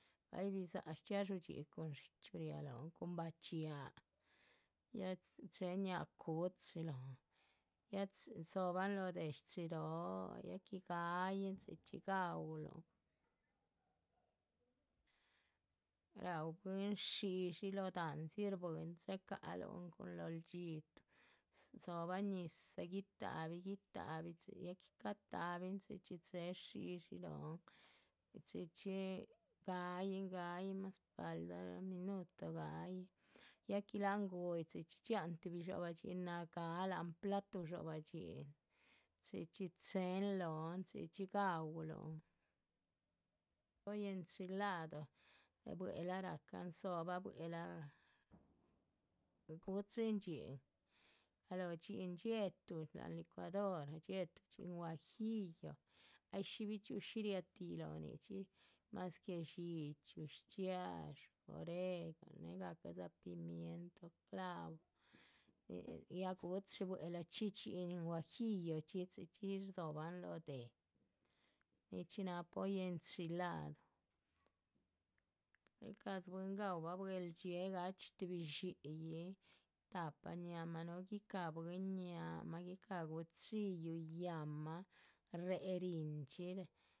Bay bidza´h shchxiadxú dxí cuhun dxíchyu, riáha lóhon cun bachíaah, ya chéhe ñáhaa cuchi lóhon ya chi dzóhban lóh déh, shchiróho, ya que gáhayin, chxí chxí. raúluhn raú bwín shíshi loho dahándzi, shbuihin chéhe cahaluhn, cun lóhol dxítuh dzóhobah ñizah, guitáhabin, guitáhabi ya que catáhabin chxí chxí chéhe. shíshi lóhon, chxí chxí gáyin gáyin más paldah minuto gáyin, ya que láhan gúyi, chxí chxí dxíahan tuhbi dxobah dhxín nagáa láhan platu dxobah dhxín. chxí chxí chéhen lóhon chxí chxí gauluhun, pollo enchilado buehla rahcan dzóhobah buehla, guchin dhxín, galóho dhxín dxiéhetuh, lahán licuadorah dxiéhetuh dhxín. guajillo ay shí bichxi´ushi tih riatih lóhon más que dxíchyu, shchxiadxú, oregano néhegacadza pimienta, clavo, hehe ya guchi buehla chxí dhxín guajillochxi. chxí chxí yih, rzóhoban lóho déh, nichxí náha pollo enchilado, del shcadxí bwí gaúbah buehldxiée gachxí tuhbi dxi´yi, tahpa ñáhaamah núhu guicaha bwín ñáhaamah. guicaha gu´chxillu yáhanmah, réhe rihinchxí.